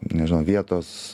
nežinau vietos